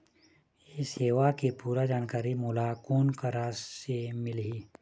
ये सेवा के पूरा जानकारी मोला कोन करा से मिलही?